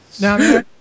Now